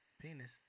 Penis